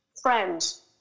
friends